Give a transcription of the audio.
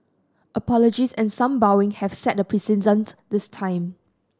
apologies and some bowing have set the precedent this time